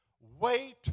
Wait